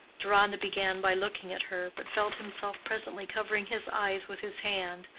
deronda began by looking at her, but felt himself presently covering his eyes with his hand,